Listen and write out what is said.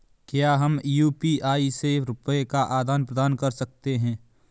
क्या हम यू.पी.आई से रुपये का आदान प्रदान कर सकते हैं?